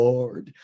Lord